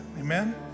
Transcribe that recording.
Amen